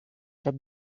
cap